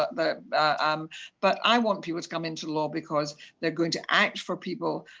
but but ah um but i want people to come into law because they're going to act for people,